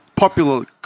Popular